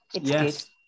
yes